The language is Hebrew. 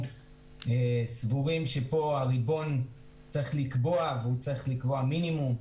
אנחנו סבורים שכאן הריבון צריך לקבוע והוא צריך לקבוע מינימום.